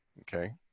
okay